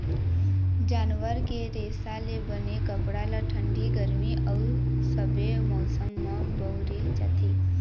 जानवर के रेसा ले बने कपड़ा ल ठंडी, गरमी अउ सबे मउसम म बउरे जाथे